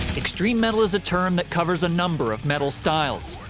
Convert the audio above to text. extreme metal is a term that covers a number of metal styles.